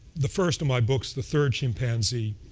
the first of my books, the third chimpanzee,